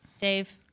Dave